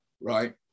Right